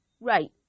Right